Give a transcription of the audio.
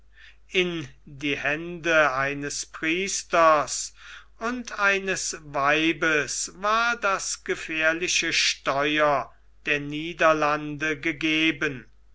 in die hände eines priesters und eines weibes war das gefährliche steuer der niederlande gegeben